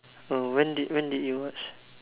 oh when did when did you watch